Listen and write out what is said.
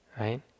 right